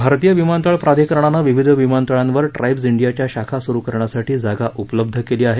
भारतीय विमानतळ प्राधिकरणानं विविध विमानतळांवर ट्राइब्स इंडियाच्या शाखा सुरू करण्यासाठी जागा उपलब्ध केली आहे